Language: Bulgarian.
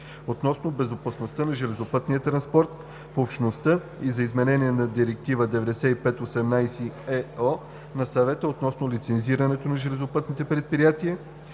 относно безопасността на железопътния транспорт в Общността и за изменение на Директива 95/18/ЕО на Съвета относно лицензирането на железопътните предприятия,